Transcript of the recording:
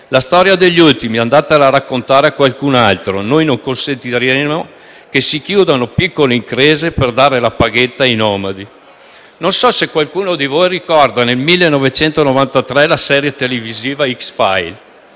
La storia degli ultimi andatela a raccontare a qualcun altro. Noi non consentiremo che si chiudano piccole imprese per dare la paghetta ai nomadi. Non so se qualcuno ricorda nel 1993 la serie televisiva «X-files».